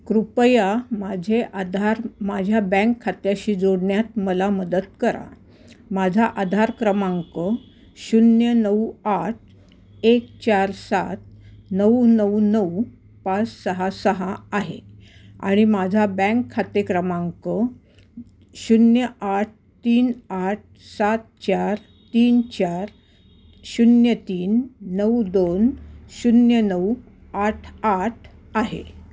कृपया माझे आधार माझ्या बँक खात्याशी जोडण्यात मला मदत करा माझा आधार क्रमांक शून्य नऊ आठ एक चार सात नऊ नऊ नऊ पाच सहा सहा आहे आणि माझा बँक खाते क्रमांक शून्य आठ तीन आठ सात चार तीन चार शून्य तीन नऊ दोन शून्य नऊ आठ आठ आहे